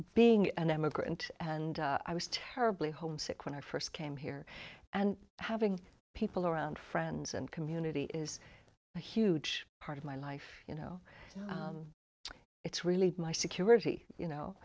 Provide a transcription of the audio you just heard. being an emigrant and i was terribly homesick when i first came here and having people around friends and community is a huge part of my life you know it's really my security you know